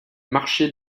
marché